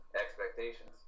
expectations